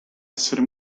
essere